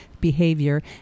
behavior